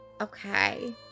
okay